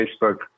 Facebook